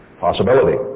Possibility